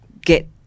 get